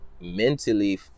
mentally